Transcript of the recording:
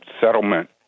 settlement